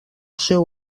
seu